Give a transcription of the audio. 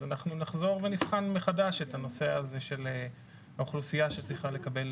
אנחנו נחזור ונבחן מחדש את הנושא הזה של האוכלוסייה שצריכה לקבל